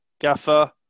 Gaffer